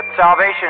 salvation